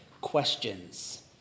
Questions